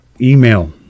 Email